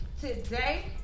today